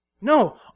No